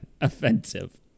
offensive